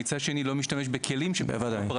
שונות ואירועים שאנחנו רוצים להמשיך הלאה לאחר